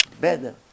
Better